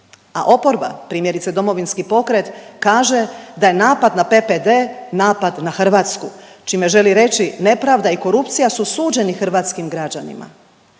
a oporba primjerice Domovinski pokret kaže da je napad na PPD napad na Hrvatsku čime želi reći nepravda i korupcija su suđeni hrvatskim građanima.